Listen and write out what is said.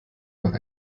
nach